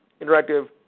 Interactive